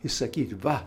ir sakyt va